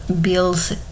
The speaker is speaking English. builds